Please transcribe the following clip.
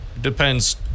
depends